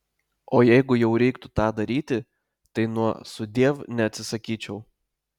o jeigu jau reiktų tą daryti tai nuo sudiev neatsisakyčiau